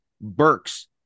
Burks